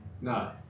No